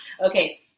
Okay